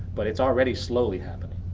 but it's already slowly happening.